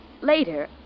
later